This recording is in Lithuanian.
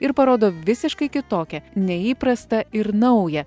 ir parodo visiškai kitokią neįprastą ir naują